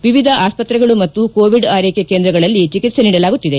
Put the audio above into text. ವಿವಿಧ ಆಸ್ತ್ರೆಗಳು ಮತ್ತು ಕೋವಿಡ್ ಆರ್ಲೆಕೆ ಕೇಂದ್ರಗಳಲ್ಲಿ ಚಿಕಿತ್ಸೆ ನೀಡಲಾಗುತ್ತಿದೆ